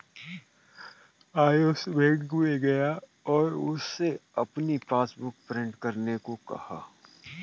Ayush bank में गया और उससे अपनी पासबुक प्रिंट करने को कहा